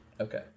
Okay